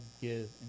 give